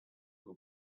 who